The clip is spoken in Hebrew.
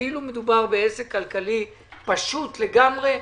כאילו מדובר בעסק כלכלי פשוט לגמרי.